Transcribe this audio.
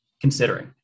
considering